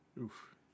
Oof